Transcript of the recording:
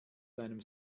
seinem